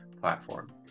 platform